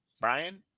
Brian